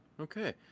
Okay